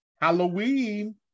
Halloween